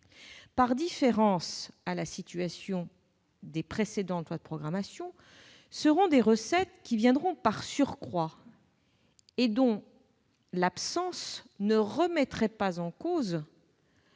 avait été prévu dans les précédentes lois de programmation, seront des recettes qui viendront par surcroît et dont l'absence ne remettrait pas en cause